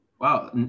Wow